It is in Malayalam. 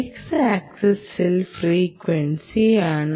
X ആക്സിസിൽ ഫ്രീക്വൻസിയാണ്